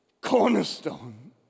cornerstone